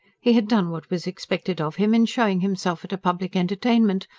he had done what was expected of him, in showing himself at a public entertainment,